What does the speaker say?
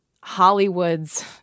Hollywood's